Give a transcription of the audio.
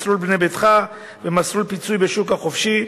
מסלול "בנה ביתך" ומסלול פיצוי בשוק החופשי.